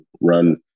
run